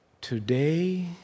today